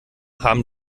haben